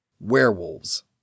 Werewolves